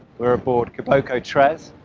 we're aboard kiboko tres,